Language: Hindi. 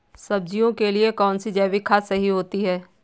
सब्जियों के लिए कौन सी जैविक खाद सही होती है?